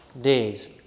days